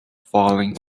falling